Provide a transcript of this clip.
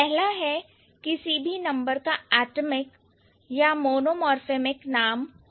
पहला है किसी भी नंबर का एटमिक या मोनोमोरफेमिक नाम हो सकता है